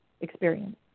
experience